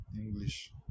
English